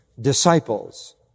Disciples